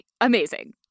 amazing